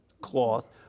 cloth